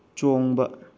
ꯆꯣꯡꯕ